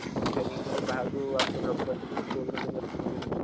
ଆଉ ବାହାରୁ ଯେଉଁ ଆସୁଛନ୍ତି ଡକ୍ଟର୍ ଆସୁଛନ୍ତି କେଉଁ ଦିନ କେଉଁ ଦିନ ଆସୁଛନ୍ତି